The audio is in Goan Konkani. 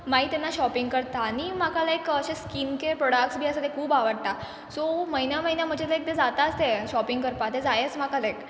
मागीर तेन्ना शॉपींग करता आनी म्हाका लायक अशे स्कीन कॅर प्रॉडक्ट्स बी आसा ते खूब आवडटा सो म्हयन्या म्हयन्या म्हजें लायक तें जाताच तें शॉपींग करपा तें जायेंच म्हाका लायक